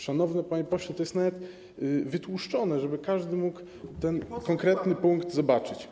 Szanowny panie pośle, to jest nawet wytłuszczone, żeby każdy mógł ten konkretny punkt zobaczyć.